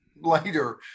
later